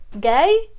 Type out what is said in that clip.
gay